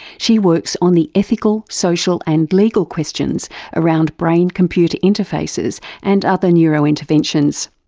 she works on the ethical, social and legal questions around brain-computer interfaces and other neuro interventions.